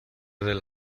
del